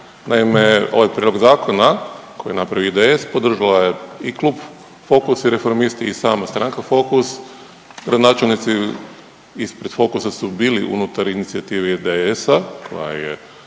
Naime, ovaj prijedlog zakona koji je napravio IDS podržala je i klub Fokus i Reformisti i sama stranka Fokus. Gradonačelnici ispred Fokusa su bili unutar inicijative IDS-a koja je